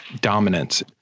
dominance